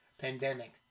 pandemic